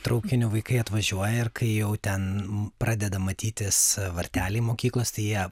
traukiniu vaikai atvažiuoja ir kai jau ten pradeda matytis varteliai mokyklos tai jie